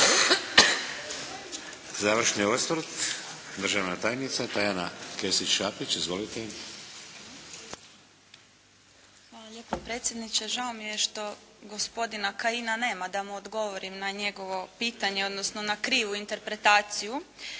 Završni osvrt državna tajnica Tajana Kesić-Šapić. Izvolite. **Kesić-Šapić, Tajana** Hvala lijepa predsjedniče. Žao mi je što gospodina Kajina nema da mu odgovorim na njegovo pitanje odnosno na krivu interpretaciju.